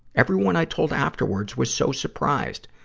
everyone i told afterwards was so surprised.